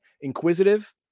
Inquisitive